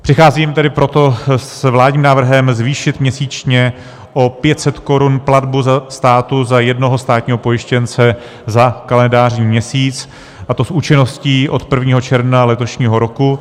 Přicházím tedy proto s vládním návrhem zvýšit měsíčně o 500 korun platbu státu za jednoho státního pojištěnce za kalendářní měsíc, a to s účinností od 1. června letošního roku.